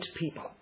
people